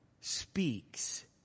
speaks